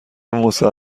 مصور